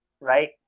right